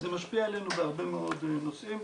זה משפיע עלינו בהרבה מאוד נושאים.